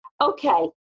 Okay